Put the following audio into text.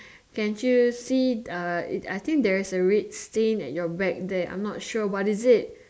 can you see uh I think there is a red stain at your back there I'm not sure what is it